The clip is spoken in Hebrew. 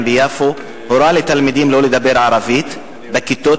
ביפו הורה לתלמידים שלא לדבר ערבית בכיתות,